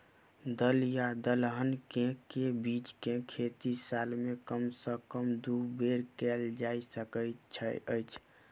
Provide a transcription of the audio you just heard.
दल या दलहन केँ के बीज केँ खेती साल मे कम सँ कम दु बेर कैल जाय सकैत अछि?